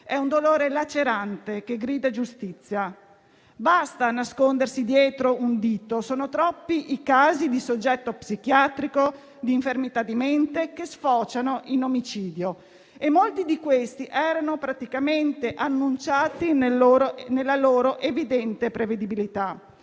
È un dolore lacerante, che grida giustizia. Basta nascondersi dietro un dito. Sono troppi i casi di soggetti psichiatrici, di infermità di mente, che sfociano in omicidio. Molti di questi casi, poi, erano praticamente annunciati nella loro evidente prevedibilità.